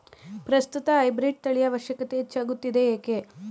ಪ್ರಸ್ತುತ ಹೈಬ್ರೀಡ್ ತಳಿಯ ಅವಶ್ಯಕತೆ ಹೆಚ್ಚಾಗುತ್ತಿದೆ ಏಕೆ?